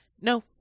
No